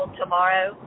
tomorrow